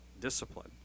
discipline